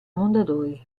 mondadori